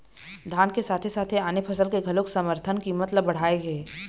धान के साथे साथे आने फसल के घलोक समरथन कीमत ल बड़हाए हे